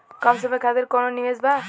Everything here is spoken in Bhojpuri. कम समय खातिर कौनो निवेश बा?